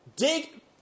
dig